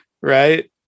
right